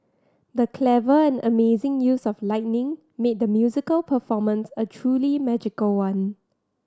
the clever and amazing use of lightning made the musical performance a truly magical one